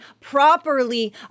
properly